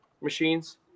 machines